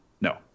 No